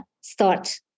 start